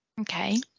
Okay